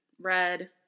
red